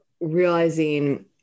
realizing